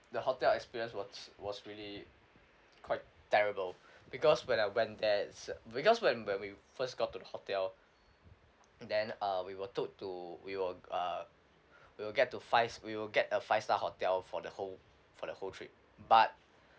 the hotel experience was was really quite terrible because when I went there it's because when when we first got to the hotel then uh we were told to we were uh we will get to five we will get a five star hotel for the whole for the whole trip but